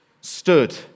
stood